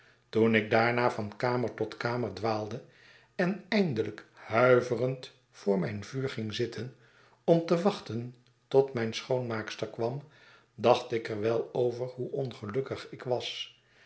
toen ik daarna van kamer tot kamer dwaalde en eindelijk huiverend voor mijn vuur ging zitten om te wachten tot mijne schoonmaakster kwam dacht ik er wel over hoe ongelukkig ik was